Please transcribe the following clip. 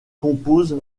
compose